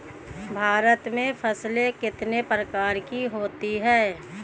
भारत में फसलें कितने प्रकार की होती हैं?